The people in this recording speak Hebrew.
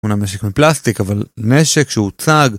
אומנם נשק מפלסטיק אבל נשק שהוצג